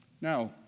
Now